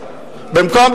במקום,